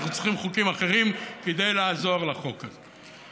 אנחנו צריכים חוקים אחרים כדי לעזור לחוק הזה.